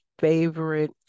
favorite